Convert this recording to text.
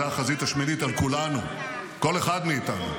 זאת החזית השמינית על כולנו, על כל אחד מאיתנו.